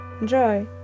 enjoy